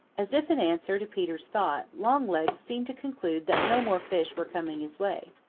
as if in answer to peter's thought longlegs seemed to conclude that no more fish were coming his way.